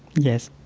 yes.